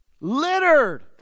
Littered